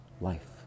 life